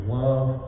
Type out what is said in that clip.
love